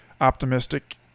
optimistic